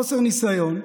חוסר ניסיון,